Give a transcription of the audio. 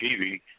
TV